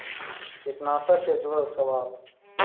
कीटनाशक से जुड़ल सवाल?